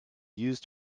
used